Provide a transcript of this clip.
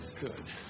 Good